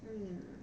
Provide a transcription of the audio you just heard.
mm